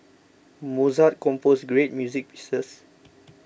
Mozart composed great music pieces